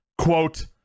quote